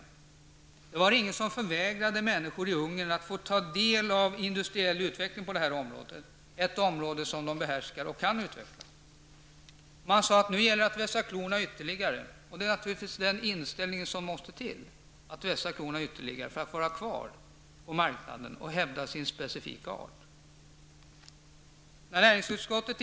Det var ingen som förvägrade människor i Ungern att få ta del av industriell utveckling på detta område, ett område som de behärskar och kan utveckla. Man sade att det nu gäller att vässa klorna ytterligare. Det är naturligtvis den inställning som måste till, att vässa klorna ytterligare för att vara kvar på marknaden och hävda sin specifika art.